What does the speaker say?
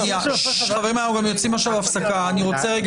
רשימה של חייבים בבידוד בעת מסירת הרשימה,